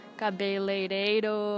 cabeleireiro